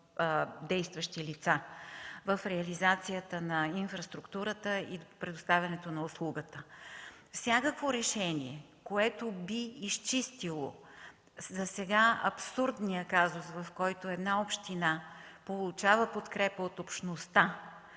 действащи лица в реализацията на инфраструктурата и предоставянето на услугата. Всяко решение, което би изчистило досега абсурдния казус, в който една община получава подкрепа от Общността,